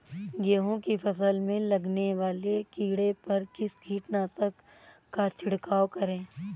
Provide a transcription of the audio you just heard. गेहूँ की फसल में लगने वाले कीड़े पर किस कीटनाशक का छिड़काव करें?